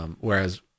Whereas